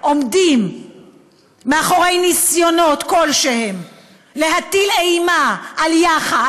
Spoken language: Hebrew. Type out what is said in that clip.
עומדים מאחורי ניסיונות כלשהם להטיל אימה על יאח"ה,